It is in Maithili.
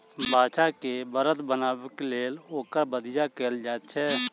बाछा के बड़द बनयबाक लेल ओकर बधिया कयल जाइत छै